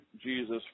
Jesus